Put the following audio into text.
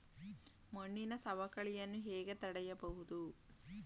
ಮಣ್ಣಿನ ಸವಕಳಿಯನ್ನು ಹೇಗೆ ತಡೆಯಬಹುದು?